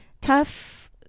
tough